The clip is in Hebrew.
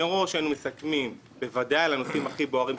מראש היינו מסכמים בוודאי על הנושאים הכי בוערים,